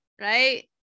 right